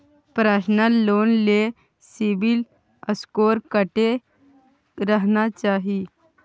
Personal loan ले CIBIL score कत्ते रहना चाही?